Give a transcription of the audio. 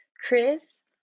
Chris